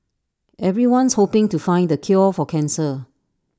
everyone's hoping to find the cure for cancer